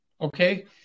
okay